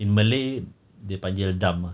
in malay they panggil dam ah